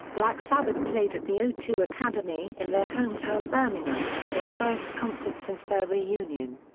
black sabbath played at the o two academy in their hometown birmingham, their first concert since their reunion.